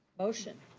motion.